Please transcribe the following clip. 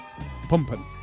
pumping